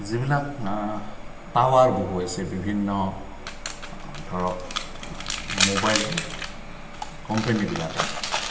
যিবিলাক টাৱাৰ বহুৱাইছে বিভিন্ন ধৰক মোবাইল কোম্পেনীবিলাকে